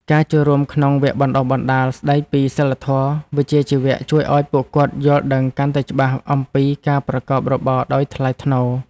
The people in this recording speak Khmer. ការចូលរួមក្នុងវគ្គបណ្ដុះបណ្ដាលស្ដីពីសីលធម៌វិជ្ជាជីវៈជួយឱ្យពួកគាត់យល់ដឹងកាន់តែច្បាស់អំពីការប្រកបរបរដោយថ្លៃថ្នូរ។